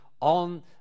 on